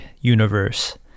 universe